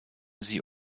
sie